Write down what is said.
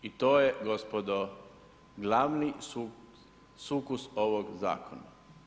I to je gospodo, glavni sukus ovog zakona.